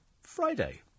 Friday